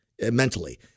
mentally